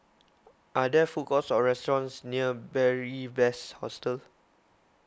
are there food courts or restaurants near Beary Best Hostel